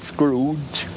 Scrooge